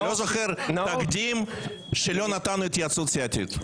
אני לא זוכר תקדים שלא נתנו התייעצות סיעתית.